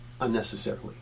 unnecessarily